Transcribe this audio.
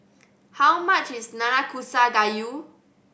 how much is Nanakusa Gayu